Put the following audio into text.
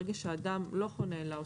ברגע שאדם לא חונה אלא עוצר,